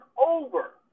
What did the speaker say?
over